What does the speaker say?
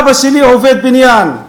אבא שלי עובד בניין.